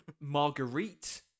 Marguerite